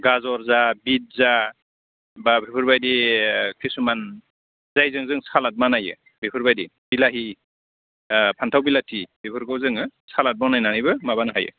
गाजर जा बिट जा बा बेफोरबायदि किसुमान जायजों जों सालाद बानायो बेफोरबायदि बिलाहि फान्थाव बिलाथि बेफोरखौ जोङो सालाद बनायनानैबो माबानो हायो